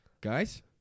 Guys